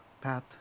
path